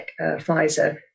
Pfizer